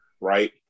Right